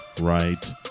right